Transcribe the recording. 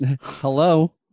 Hello